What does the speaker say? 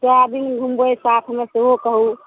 कए दिन घुमबै साथमे सेहो कहू